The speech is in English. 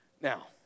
Now